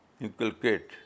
inculcate